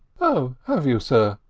oh, have you, sir?